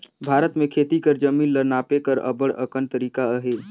भारत में खेती कर जमीन ल नापे कर अब्बड़ अकन तरीका अहे